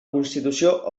constitució